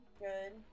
Good